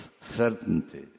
certainty